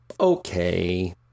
Okay